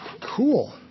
Cool